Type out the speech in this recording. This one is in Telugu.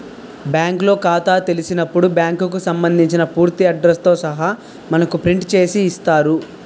బ్యాంకులో ఖాతా తెలిసినప్పుడు బ్యాంకుకు సంబంధించిన పూర్తి అడ్రస్ తో సహా మనకు ప్రింట్ చేసి ఇస్తారు